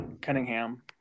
Cunningham